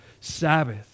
Sabbath